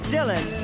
Dylan